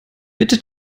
bitte